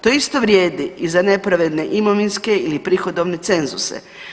To isto vrijedi za nepravedne imovinske ili prihodovne cenzuse.